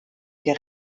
der